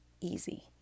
easy